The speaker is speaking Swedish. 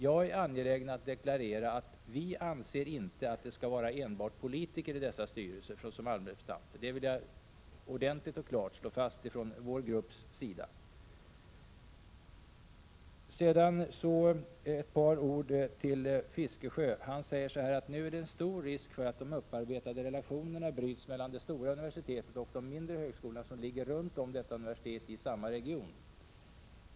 Jag är angelägen att deklarera att den socialdemokratiska gruppen inte anser att det skall vara enbart politiker som allmänrepresentanter i dessa styrelser. Det vill jag ordentligt och klart slå fast från vår grupps sida. Så ett par ord till Bertil Fiskesjö. Han säger att det är stor risk för att de upparbetade relationerna bryts mellan det stora universitetet och de mindre högskolorna som ligger runt om detta universitet i samma region.